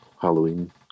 Halloween